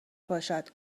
پاشد